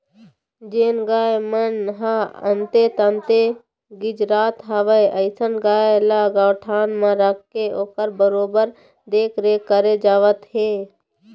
जेन गाय मन ह अंते तंते गिजरत हवय अइसन गाय ल गौठान म रखके ओखर बरोबर देखरेख करे जावत हे